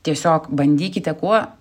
tiesiog bandykite kuo